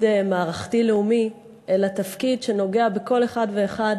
מערכתי-לאומי אלא תפקיד שנוגע בכל אחד ואחד